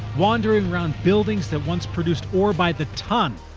wandering around buildings that once produced ore by the ton,